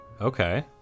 okay